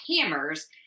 Hammers